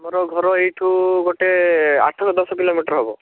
ମୋର ଘର ଏଇଠୁ ଗୋଟେ ଆଠ ଦଶ କିଲୋମିଟର ହେବ